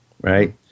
right